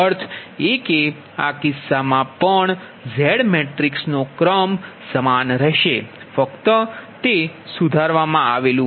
તેથી તેનો અર્થ એ કે આ કિસ્સામાં પણ Z મેટ્રિક્સ નો ક્રમ સમાન રહેશે ફક્ત તે સુધારવામાં આવશે